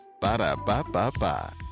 Ba-da-ba-ba-ba